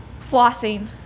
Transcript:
Flossing